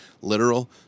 literal